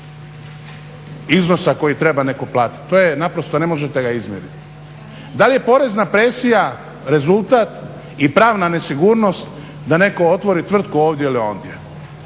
iznosa koji treba netko platiti. To je, naprosto ne možete ga izmjeriti. Da li je porezna presija rezultat i pravna nesigurnost da netko otvori tvrtku ovdje ili ondje.